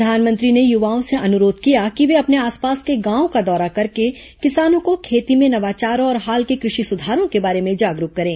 प्रधानमंत्री ने युवाओं से अनुरोध किया कि वे अपने आसपास के गांवों का दौरा करके किसानों को खेती में नवाचारों और हाल के कृषि सुधारों के बारे में जागरूक करें